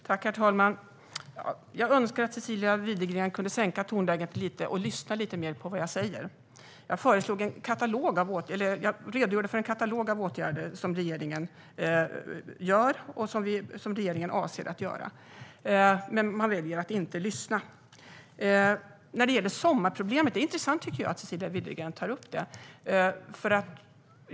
Herr talman! Jag önskar att Cecilia Widegren kunde sänka tonläget lite och lyssna mer på vad jag säger. Jag redogjorde för en katalog av åtgärder som regeringen vidtar och avser att vidta. Hon väljer dock att inte lyssna. Det är intressant att Cecilia Widegren tar upp sommarproblemet.